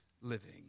living